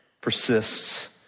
persists